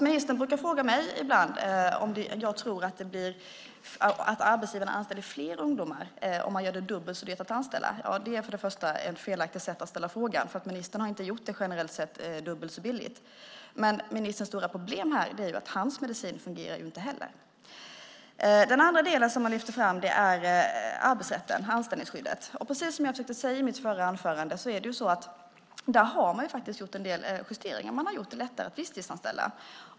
Ministern brukar ibland fråga mig om jag tror att arbetsgivarna anställer fler ungdomar om man gör det dubbelt så dyrt att anställa. Det är för det första ett felaktigt sätt att ställa frågan, för ministern har inte gjort det dubbelt så billigt generellt sett. Men ministerns stora problem här är att hans medicin inte fungerar heller. Den andra del som man lyfter fram är arbetsrätten och anställningsskyddet. Precis som jag försökte säga i mitt förra anförande är det så att man där har gjort en del justeringar. Man har gjort det lättare att visstidsanställa.